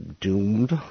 doomed